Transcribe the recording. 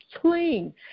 clean